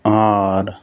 R